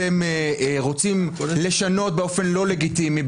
אתם רוצים לשנות באופן לא לגיטימי,